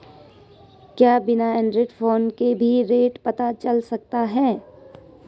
क्या बिना Android phone के भी रेट पता चल सकता है?